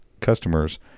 customers